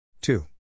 Two